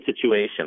situation